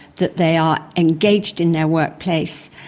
that they are engaged in their workplace,